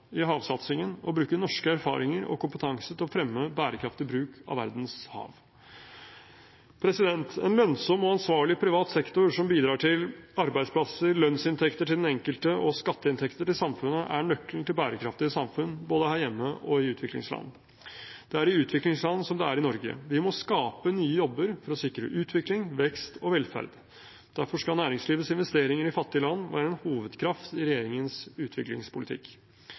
i havsatsingen og bruke norske erfaringer og kompetanse til å fremme bærekraftig bruk av verdens hav. En lønnsom og ansvarlig privat sektor som bidrar til arbeidsplasser, lønnsinntekter til den enkelte og skatteinntekter til samfunnet, er nøkkelen til bærekraftige samfunn – både her hjemme og i utviklingsland. Det er i utviklingsland som det er i Norge: Vi må skape nye jobber for å sikre utvikling, vekst og velferd. Derfor skal næringslivets investeringer i fattige land være en hovedkraft i regjeringens utviklingspolitikk.